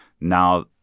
Now